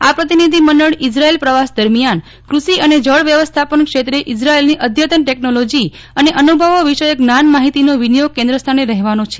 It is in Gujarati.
આ પ્રતિનિધિમંડળ ઇઝરાયલ પ્રવાસ દરમિયાન ક્રષિ અને જળ વ્યવસ્થાપન ક્ષેત્રે ઇઝરાયલની અઘતન ટેક્નોલોજી અને અન્ત્રભવો વિષયક જ્ઞાન માહિતી નો વિનિયોગ કેન્દ્ર સ્થાને રહેવાનો છે